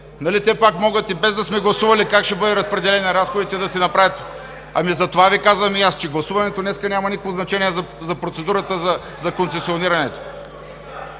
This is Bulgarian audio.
Нали те пак могат и без да сме гласували как ще бъдат разпределени разходите, да го направят. (Шум и реплики.) Затова Ви казвам и аз, че гласуването днес няма никакво значение за процедурата за концесионирането.